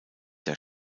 der